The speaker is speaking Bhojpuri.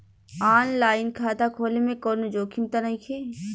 आन लाइन खाता खोले में कौनो जोखिम त नइखे?